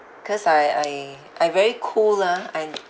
cause I I I very cool lah I